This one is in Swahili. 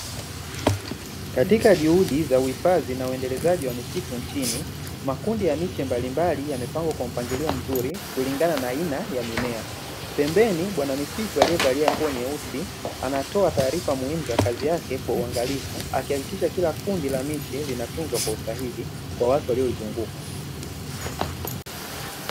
Katika juhudi za uhifadhi na uendelezaji wa misitu nchini, makundi ya miche mbalimbali, yamepangwa kwa mpangilio mzuri kulingana na aina ya mimea, pembeni Bwana misitu aliyevalia nguo nyeusi, anatoa taarifa muhimu za kazi yake kwa uangalifu, akihakikisha kila kundi la miche linatunzwa kwa usahihi kwa watu waliozunguka.